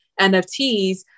NFTs